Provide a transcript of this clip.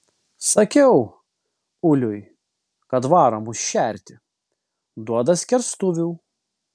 sakiau uliui kad varo mus šerti duoda skerstuvių